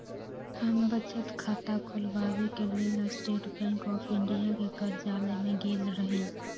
हम बचत खता ख़ोलबाबेके लेल स्टेट बैंक ऑफ इंडिया के कर्जालय में गेल रही